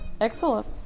Excellent